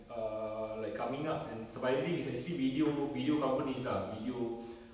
err like coming up and surviving is actually video video companies lah video